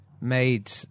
made